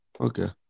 Okay